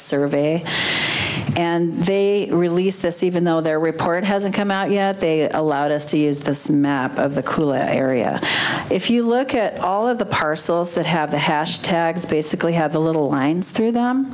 survey and they released this even though their report hasn't come out yet they allowed us to use this map of the cool area if you look at all of the parcels that have the hash tags basically has a little lines through them